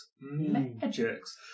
magics